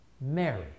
Mary